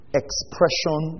expression